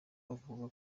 avuga